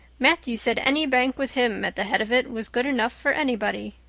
matthew said any bank with him at the head of it was good enough for anybody.